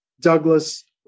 Douglas